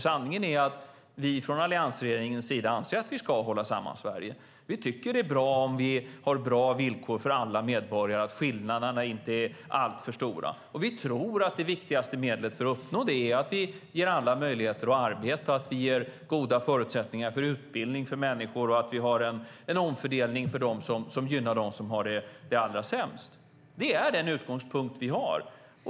Sanningen är att vi från alliansregeringens sida anser att vi ska hålla samman Sverige. Vi tycker att det är bra om vi har bra villkor för alla medborgare och om skillnaderna inte är alltför stora. Vi tror att det viktigaste medlet för att uppnå det är att vi ger alla människor möjligheter att arbeta, att vi ger människor goda förutsättningar för utbildning och att vi har en omfördelning som gynnar dem som har det allra sämst. Det är den utgångspunkt vi har!